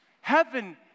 Heaven